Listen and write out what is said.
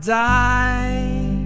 die